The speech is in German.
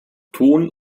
ton